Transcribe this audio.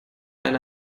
eine